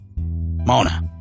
Mona